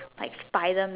like Spiderman